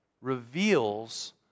reveals